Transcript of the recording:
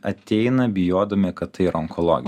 ateina bijodami kad tai onkologija